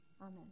Amen